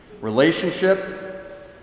Relationship